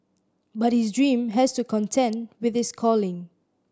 but his dream has to contend with his calling